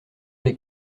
les